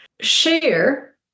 Share